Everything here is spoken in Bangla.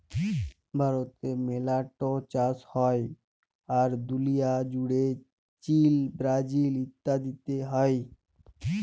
ভারতে মেলা ট চাষ হ্যয়, আর দুলিয়া জুড়ে চীল, ব্রাজিল ইত্যাদিতে হ্য়য়